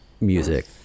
music